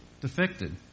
defected